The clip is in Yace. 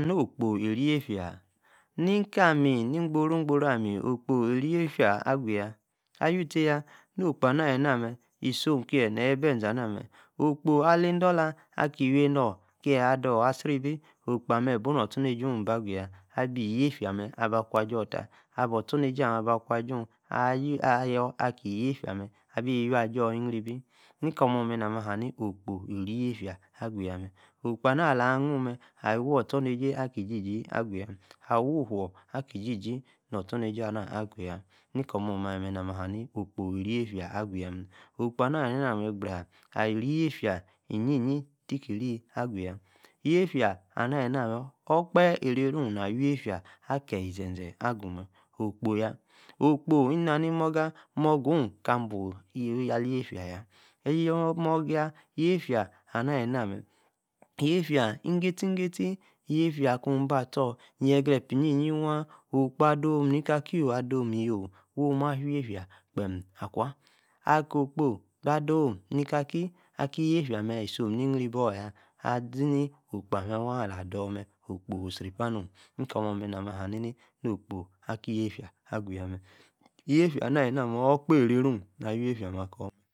No-okpo, iii-yeifia, ni-ka-ami, ni-gboruzu, ami, okpo, iii-yeifia agu-yaa, awii-tie-yaa, no-okpo ana, ali-nam-mme, isom kie, neyi, bee, eze-ana mme, okpo, ali-idola, aki-iwi-enor, kie-ador, aeri-bi okpo-ame, ibu nor, ostornejie oh, bua-agu-yaa abi-yeifia, amem, aba, akwa ajor,-taa, abor-ostarnejie, aba-kwa, ajuun, ayaa, aki-yeifia, amem, abi iwir-ajor,-iyri-ibi, m-kor-omo, mme, nam-mi, ahaah ni-okpo, iyri-yeifia, agu, yaa, mme, okpo, ana, anuun, mme awa-ostornejie, aki-ijiji, agu-yaa, awa, ufuu, aki, ijiji ostornejie, ama, agu-yaa, ni-kor-mome, na-mi, ahaa-ni-ni okpo, iyri-yeifia agu-yaa, okpo, ana, ali-nam-mme gbraa, iyri-yeifia, iyee-yi, tiki-ri agu-aya, yeifia ana ali-na, okpehe erey-ru, awa yeifia, akie-ize-zee agu-mme, okpe, yaa, okpo, inna-ni, morga, morga-oh ka, buu ali yeifia-yaa, eyor, morga, yeifia, ana ali-na-mme, yeifia, ige-tie-ge-tie, yeifia, kuu, ba-stor, negre-epa iyin-yi, waa, okpo, adom, ni kaki, yooh, adom yooh, wooh ma, fiefia, kpem, akwa, ako-okpo ba-doom,-ni-kaki aki-yeifia. amme, isom, ni-iyri-bal, yaa, azi-ni-okpo, amemee-waa, ala-dor, mme, okpo, oh sri-paa, nom. ni-kor momme, nam-oni, aya, ni-ni okpo akie, yeifia, agu-yaa. mme, yeifia, ana, ali-na, mme okpehe ereg-iuu, na yeifia ama-ako, mme